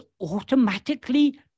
automatically